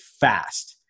fast